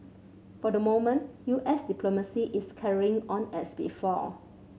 for the moment U S diplomacy is carrying on as before